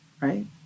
right